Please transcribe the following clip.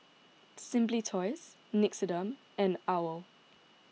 Simply Toys Nixoderm and Owl